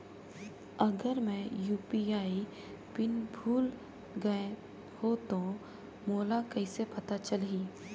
अगर मैं UPI PIN भुल गये हो तो मोला कइसे पता चलही?